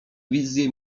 wizje